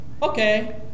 Okay